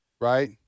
Right